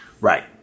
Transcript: Right